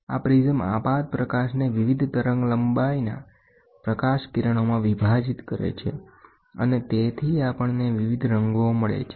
આ પ્રિઝમ આપાત પ્રકાશને વિવિધ તરંગલંબાઇના પ્રકાશ કિરણોમાં વિભાજિત કરે છે અને તેથી આપણને વિવિધ રંગો મળે છે